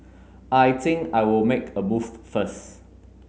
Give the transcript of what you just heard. I think I will make a move first